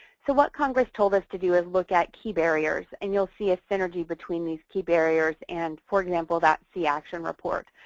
so, what the congress told us to do is look out key barriers and you'll see a synergy between these key barriers and for example that see action report.